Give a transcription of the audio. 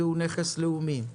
היא נכס לאומי.